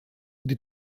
die